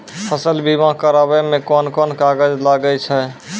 फसल बीमा कराबै मे कौन कोन कागज लागै छै?